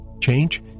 Change